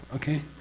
okay?